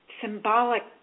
symbolic